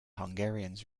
hungarians